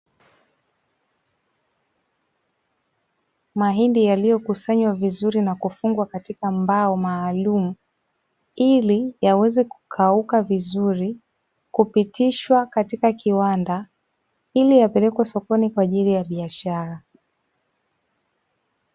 Mahindi yaliyokusanywa vizuri na kufungwa katika mbao maalumu, ili yaweze kukauka vizuri kupitishwa katika kiwanda ili yapelekwe sokoni kwa ajili ya biashara.